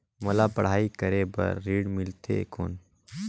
मोला पढ़ाई करे बर ऋण मिलथे कौन?